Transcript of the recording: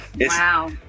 Wow